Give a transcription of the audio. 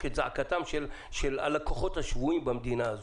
את זעקתם של הלקוחות השבויים במדינה הזאת.